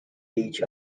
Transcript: beach